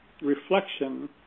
reflection